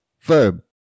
verb